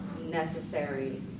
necessary